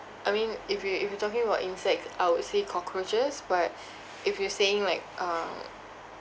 I mean if you if you talking about insects I would say cockroaches but if you're saying like um